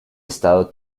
estado